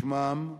בשמם,